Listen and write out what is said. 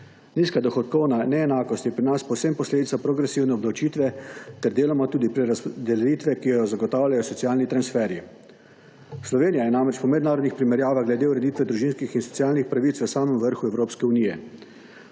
Nizka dohodkovna neenakost je pri nas predvsem posledica progresivne obdavčitve ter deloma tudi prerazdelitve, ki jo zagotavljajo socialni transferji. Slovenija je namreč po mednarodnih primerjavah glede ureditve družinskih in socialnih pravic v samem vrhu Evropske unije.